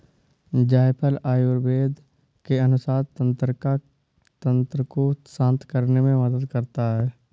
जायफल आयुर्वेद के अनुसार तंत्रिका तंत्र को शांत करने में मदद करता है